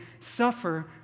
suffer